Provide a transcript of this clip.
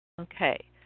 Okay